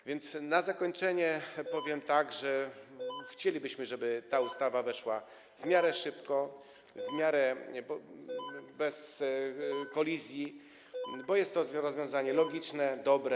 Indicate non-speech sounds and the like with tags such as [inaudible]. A więc na zakończenie powiem, że [noise] chcielibyśmy, żeby ta ustawa weszła w życie w miarę szybko, w miarę bez kolizji, bo jest to rozwiązanie logiczne, dobre.